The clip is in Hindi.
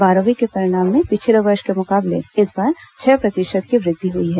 बारहवीं के परिणाम में पिछले वर्ष के मुकाबले इस बार छह प्रतिशत की वृद्धि हुई है